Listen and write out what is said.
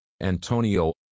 Antonio